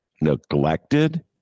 Neglected